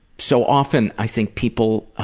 so often i think people